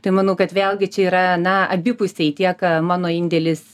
tai manau kad vėlgi čia yra na abipusiai tiek mano indėlis